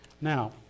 Now